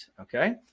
okay